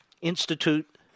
institute